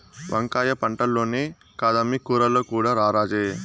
వంకాయ పంటల్లోనే కాదమ్మీ కూరల్లో కూడా రారాజే